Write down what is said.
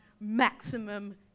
maximum